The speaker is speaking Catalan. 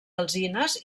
alzines